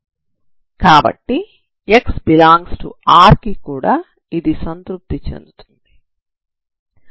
కాబట్టి x∈R కి కూడా ఇది సంతృప్తి చెందుతుంది